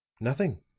nothing.